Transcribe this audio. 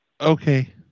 Okay